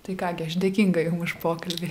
tai ką gi aš dėkinga jum už pokalbį